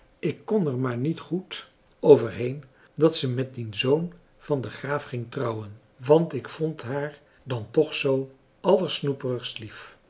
ik kon er maar niet goed overheen dat ze met dien zoon van den graaf ging trouwen want ik vond haar dan toch zoo allersnoe perigst lief